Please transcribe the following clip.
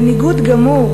בניגוד גמור,